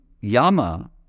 Yama